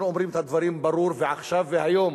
אנחנו אומרים את הדברים ברור ועכשיו והיום,